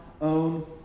own